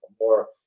more